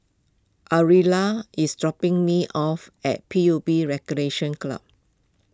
Ariella is dropping me off at P U B Recreation Club